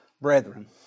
brethren